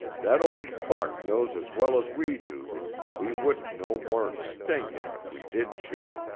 that old buck knows as well as we do that we wouldn't no more'n sting him if we did shoot,